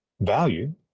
value